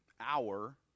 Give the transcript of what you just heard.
hour